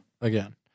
again